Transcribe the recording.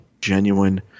genuine